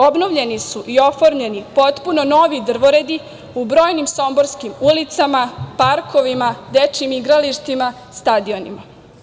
Obnovljeni su i oformljeni potpuno novi drvoredi u brojnim somborskim ulicama, parkovima, dečijim igralištima, stadionima.